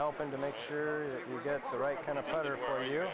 helping to make sure you